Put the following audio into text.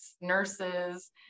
nurses